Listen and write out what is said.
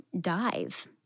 dive